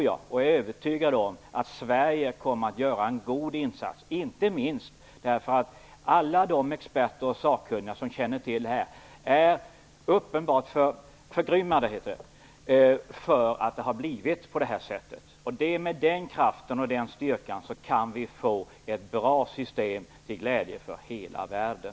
Jag är övertygad om att Sverige kommer att göra en god insats. Alla de experter och sakkunniga som känner till det här är uppenbart förgrymmade över att det har blivit på det här sättet. Men den kraften och styrkan kan vi få ett bra system till glädje för hela världen.